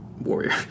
warrior